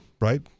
right